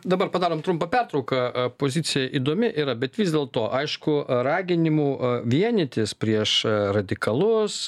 dabar padarom trumpą pertrauką a pozicija įdomi yra bet vis dėlto aišku raginimų vienytis prieš radikalus